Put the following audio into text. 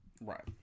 Right